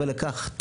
מעבר לכך,